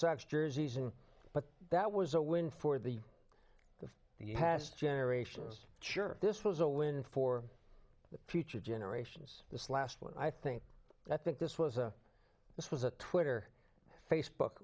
sox jerseys and but that was a win for the if you passed generations sure this was a win for the future generations this last one i think i think this was a this was a twitter facebook